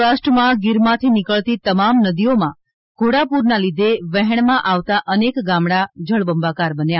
સૌરાષ્ટ્ર માં ગીર માંથી નીકળતી તમામ નદી માં ઘોડાપૂર ને લીધે વહેણ માં આવતા અનેક ગામડા જળ બંબાકાર બન્યા